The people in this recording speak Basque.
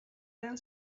den